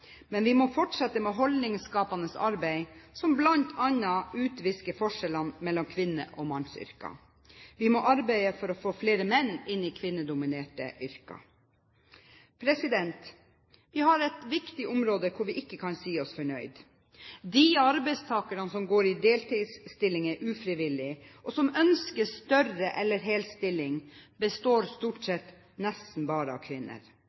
men vi må fortsette med holdningsskapende arbeid som bl.a. utvisker forskjellene mellom kvinne- og mannsyrker. Vi må arbeide for å få flere menn inn i kvinnedominerte yrker. Vi har et viktig område hvor vi ikke kan si oss fornøyd. De arbeidstakerne som går i deltidsstilling ufrivillig, og som ønsker større eller hel stilling, er stort sett kvinner. Vi finner den største forekomsten av